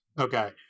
Okay